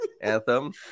anthem